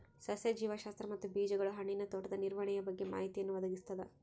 ಸಸ್ಯ ಜೀವಶಾಸ್ತ್ರ ಮತ್ತು ಬೀಜಗಳು ಹಣ್ಣಿನ ತೋಟದ ನಿರ್ವಹಣೆಯ ಬಗ್ಗೆ ಮಾಹಿತಿಯನ್ನು ಒದಗಿಸ್ತದ